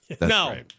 No